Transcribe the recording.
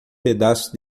pedaço